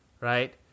right